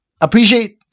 appreciate